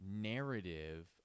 narrative